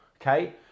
okay